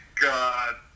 God